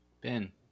ben